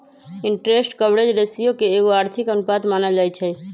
interest coverage ratio के एगो आर्थिक अनुपात मानल जाइ छइ